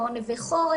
במעון "נווה חורש",